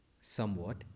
somewhat